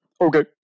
Okay